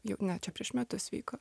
jau ne čia prieš metus vyko